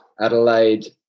Adelaide